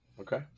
okay